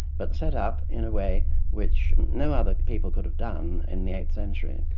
but set up in a way which no other people could have done in the eighth century.